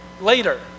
Later